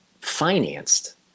financed